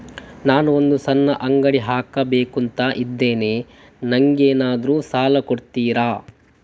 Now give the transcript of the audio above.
ನಾನು ಒಂದು ಸಣ್ಣ ಅಂಗಡಿ ಹಾಕಬೇಕುಂತ ಇದ್ದೇನೆ ನಂಗೇನಾದ್ರು ಸಾಲ ಕೊಡ್ತೀರಾ?